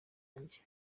ryanjye